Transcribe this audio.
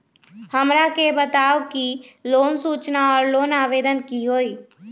हमरा के बताव कि लोन सूचना और लोन आवेदन की होई?